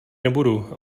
nebudu